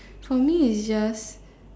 for me is just